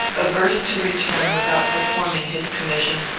averse to return without performing his commission,